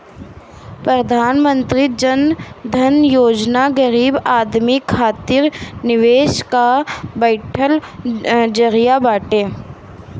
प्रधानमंत्री जन धन योजना गरीब आदमी खातिर निवेश कअ बढ़िया जरिया बाटे